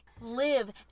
live